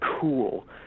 cool